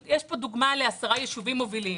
יש פה דוגמה לעשרה ישובים מובילים.